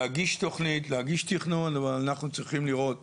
להגיש תוכנית, להגיש תכנון, ואנחנו צריכים לראות